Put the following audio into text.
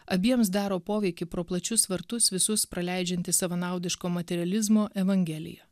abiems daro poveikį pro plačius vartus visus praleidžianti savanaudiško materializmo evangelija